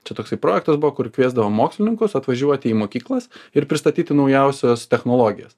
čia toksai projektas buvo kur kviesdavo mokslininkus atvažiuoti į mokyklas ir pristatyti naujausias technologijas